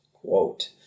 quote